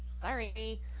sorry